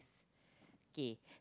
K